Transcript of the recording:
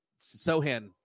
Sohan